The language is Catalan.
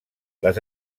les